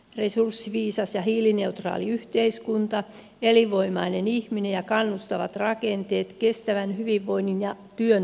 resurssiviisas ja hiilineutraali yhteiskunta elinvoimainen ihminen ja kannustavat rakenteet kestävän hyvinvoinnin ja työn toimintamallit